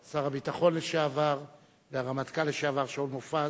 שר הביטחון לשעבר והרמטכ"ל לשעבר שאול מופז